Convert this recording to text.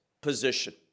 position